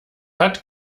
hat